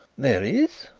there is.